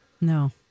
No